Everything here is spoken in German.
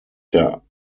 der